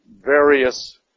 various